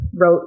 wrote